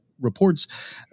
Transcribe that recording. Reports